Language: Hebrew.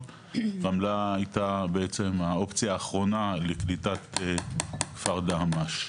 רמלה הייתה בעצם האופציה האחרונה לקליטת כפר דהמש.